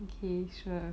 okay sure